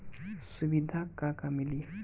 सुविधा का का मिली?